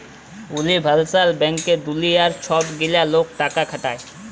universal ব্যাংকে দুলিয়ার ছব গিলা লক টাকা খাটায়